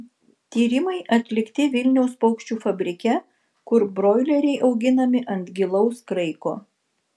tyrimai atlikti vilniaus paukščių fabrike kur broileriai auginami ant gilaus kraiko